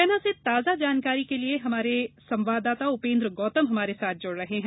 मुरैना से ताजा जानकारी के लिए हमारे संवाददाता उपेन्द्र गौतम जुड़ रहे हैं